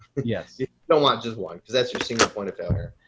yes. you don't want just one. cause that's your single point of failure.